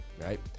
right